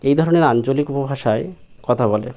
এই ধরনের আঞ্চলিক উপভাষায় কথা বলে